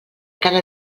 cada